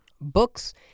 books